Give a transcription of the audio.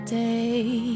day